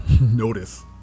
notice